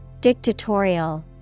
Dictatorial